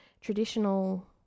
traditional